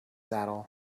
saddle